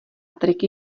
triky